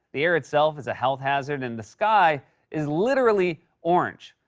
the air itself is a health hazard and the sky is literally orange.